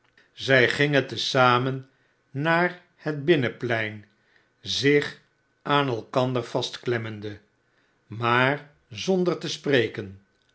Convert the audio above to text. zij gingen te zamen naar het binnenplein zich aan elkander vastmemmende maar zonder te spreken